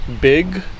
big